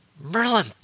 Merlin